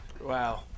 Wow